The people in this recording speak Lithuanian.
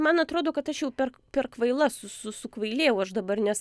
man atrodo kad aš jau per per kvaila su su sukvailėjau aš dabar nes